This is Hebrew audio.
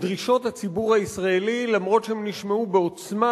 את דרישות הציבור הישראלי, אף שהן נשמעו בעוצמה,